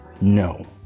no